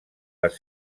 les